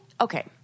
okay